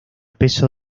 peso